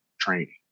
training